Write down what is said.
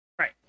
Right